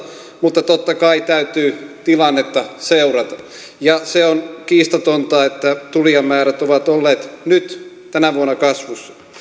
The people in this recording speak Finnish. mutta totta kai täytyy tilannetta seurata ja se on kiistatonta että tulijamäärät ovat olleet nyt tänä vuonna